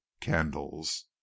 candles